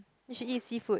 you should eat seafood